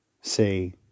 say